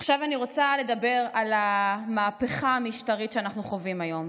עכשיו אני רוצה לדבר על המהפכה המשטרית שאנחנו חווים היום.